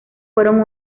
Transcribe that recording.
fueron